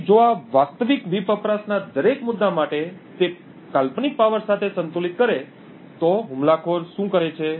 તેથી જો આ વાસ્તવિક વીજ વપરાશના દરેક મુદ્દા માટે તે કાલ્પનિક પાવર સાથે સંતુલિત કરે તો હુમલાખોર શું કરે છે